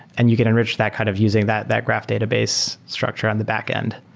and you can enrich that kind of using that that graph database structure on the backend.